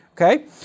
okay